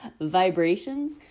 vibrations